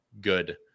good